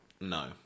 No